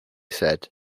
said